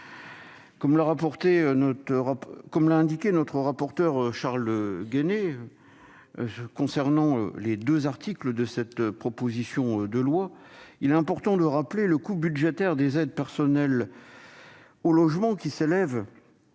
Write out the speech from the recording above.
Comme l'a indiqué notre rapporteur Charles Guené au sujet des deux articles de cette proposition de loi, il est important de rappeler le coût budgétaire des aides personnelles au logement, qui s'élève,